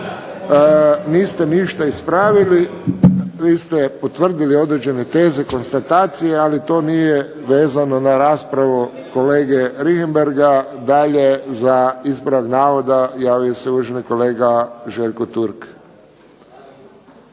Niste ništa ispravili. Vi ste potvrdili određene teze i konstatacije, ali to nije vezano na raspravu kolege Richembergha. Dalje za ispravak navoda javio se uvaženi kolega Željko Turk.